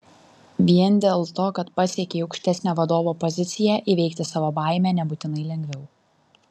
vien dėl to kad pasiekei aukštesnę vadovo poziciją įveikti savo baimę nebūtinai lengviau